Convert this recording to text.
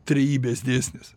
trejybės dėsnis